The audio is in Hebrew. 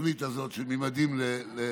לתוכנית הזאת של ממדים ללימודים,